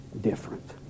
different